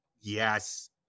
Yes